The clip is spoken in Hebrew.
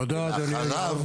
ולאחריו